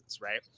right